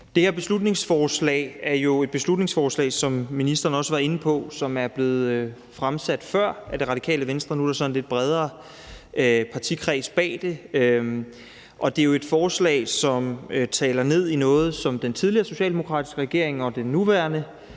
Det her beslutningsforslag er jo et beslutningsforslag, som er blevet fremsat før af Radikale Venstre – som ministeren også har været inde på. Nu er der så en lidt bredere partikreds bag det. Det er et forslag, som taler ind i noget, som den tidligere socialdemokratiske regering og den nuværende